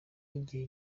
y’igihe